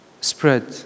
spread